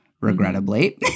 regrettably